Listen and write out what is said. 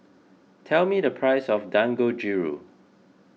tell me the price of Dangojiru